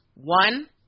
One